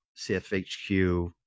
cfhq